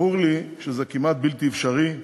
ברור לי שזה כמעט בלתי אפשרי,